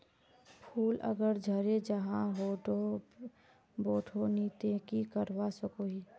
फूल अगर झरे जहा बोठो नी ते की करवा सकोहो ही?